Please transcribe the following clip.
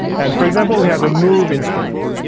and, for example, we have a move instrument.